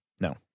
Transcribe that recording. No